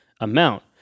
amount